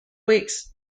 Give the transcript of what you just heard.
weeks